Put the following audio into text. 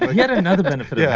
yet another benefit yeah